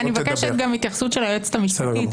אני מבקשת גם התייחסות של היועצת המשפטית -- בסדר גמור.